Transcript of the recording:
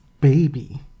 baby